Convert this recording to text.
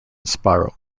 spiral